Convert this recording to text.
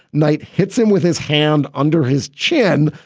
knight hits him with his hand under his chin.